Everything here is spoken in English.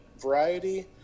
variety